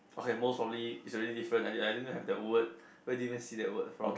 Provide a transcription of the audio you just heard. okay most probably is already different I didn't I didn't even have that word where did you even see that word for